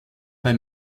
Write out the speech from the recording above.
bei